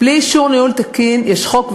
בלי אישור ניהול תקין, יש חוק וסדר.